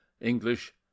English